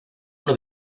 uno